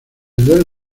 duelo